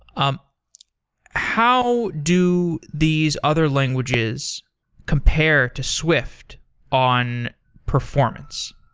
um how do these other languages compare to swift on performance?